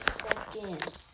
seconds